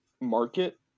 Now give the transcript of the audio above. market